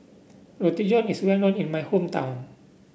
Roti John is well known in my hometown